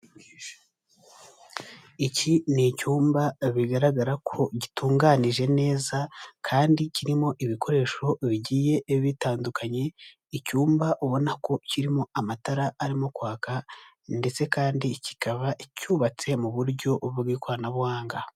Iki ni icyumba bigaragara ko gitunganije neza kandi kirimo ibikoresho bigiye bitandukanye, icyumba ubona ko kirimo amatara arimo kwaka ndetse kandi kikaba cyubatse mu buryo bw'ikoranabuhanga.